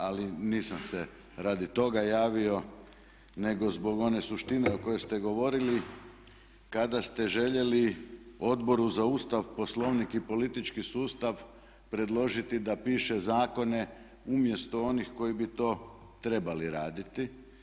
Ali nisam se radi toga javio nego zbog one suštine o kojoj ste govorili kada ste željeli Odboru za Ustav, Poslovnik i politički sustav predložiti da piše zakone umjesto onih koji bi to trebali raditi.